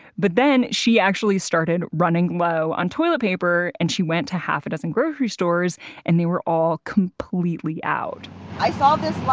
but then she actually started running low on toilet paper and she went to half a dozen grocery stores and they were all completely out i saw this